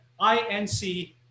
INC